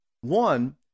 One